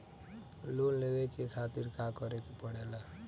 Loan लेवे के खातिर का करे के पड़ेला?